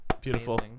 beautiful